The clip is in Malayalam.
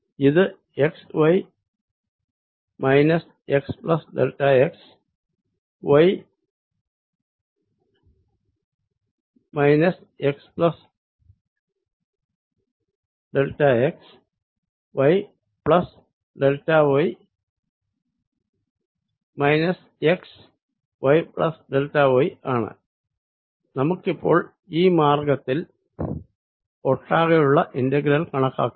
ഇത് xy x plus delta xy x plus delta എക്സ്y പ്ലസ് ഡെൽറ്റ വൈ എക്സ്y പ്ലസ് ഡെൽറ്റ y ആണ് നമുക്കിപ്പോൾ ഈ മാർഗ്ഗത്തിൽ ഒട്ടാകെയുള്ള ഇന്റഗ്രൽ കണക്കാക്കുക